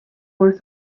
were